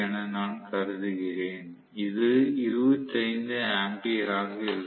என நான் கருதுகிறேன் இது 25 ஆம்பியர் ஆக இருக்கும்